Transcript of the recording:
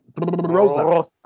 Rosa